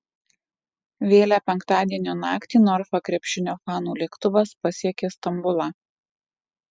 vėlią penktadienio naktį norfa krepšinio fanų lėktuvas pasiekė stambulą